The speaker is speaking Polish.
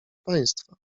państwa